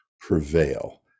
Prevail